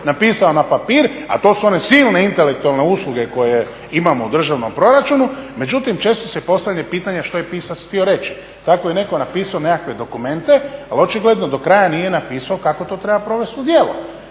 napisao na papir, a to su one silne intelektualne usluge koje imamo u državnom proračunu, međutim često se postavlja pitanje što je pisac htio reći? Tako je netko napisao nekakve dokumente, ali očigledno do kraja nije napisao kako to treba provesti u djelo.